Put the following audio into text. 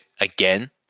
again